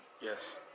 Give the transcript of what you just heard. Yes